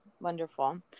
Wonderful